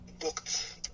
booked